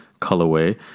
colorway